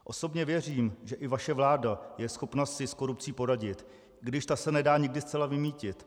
Osobně věřím, že i vaše vláda je schopna si s korupcí poradit, i když ta se nedá nikdy zcela vymýtit.